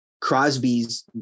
Crosby's